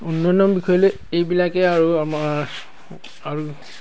উন্নয়নৰ বিষয় লৈ এইবিলাকেই আৰু আমাৰ আৰু